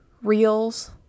reels